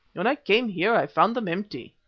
when i came here i found them empty.